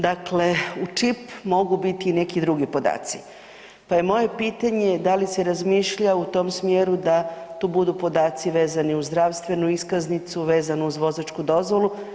Dakle u čipu mogu biti i neki drugi podaci, pa je moje pitanje da li se razmišlja u tom smjeru da tu budu podaci vezani uz zdravstvenu iskaznicu, vezano uz vozačku dozvolu?